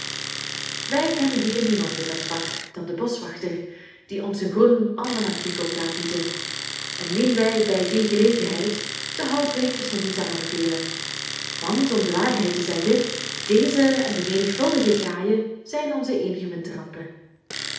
wij kennen hier niemand in dat vak dan den boschwachter die ons zijn groen almanakje komt aanbieden en wien wij bij die gelegenheid de houtbrekers nog eens aanbevelen want om de waarheid te zeggen deze en de menigvuldige kraaien zijn onze eenige